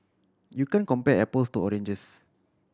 you can't compare apples to oranges